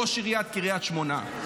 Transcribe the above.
ראש עיריית קריית שמונה.